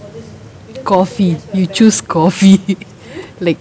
coffee you choose coffee like